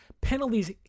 penalties